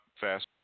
fast